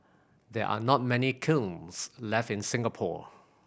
there are not many kilns left in Singapore